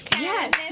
Yes